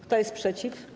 Kto jest przeciw?